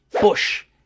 Bush